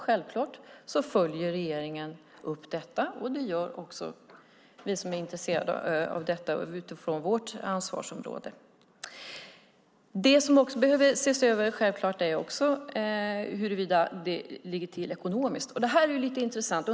Självklart följer regeringen upp detta och det gör också vi som är intresserade av detta utifrån vårt ansvarsområde. Det som självklart också behöver ses över är hur det ligger till ekonomiskt. Det är lika intressant.